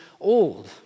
old